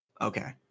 Okay